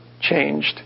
changed